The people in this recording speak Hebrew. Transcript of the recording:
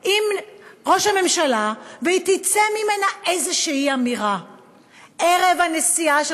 עם ראש הממשלה ותצא ממנה אמירה כלשהי.